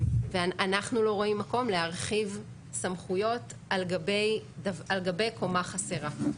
אנחנו לא רואים מקום להרחיב סמכויות על גבי קומה חסרה.